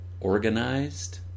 Organized